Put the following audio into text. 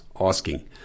asking